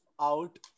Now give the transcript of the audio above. out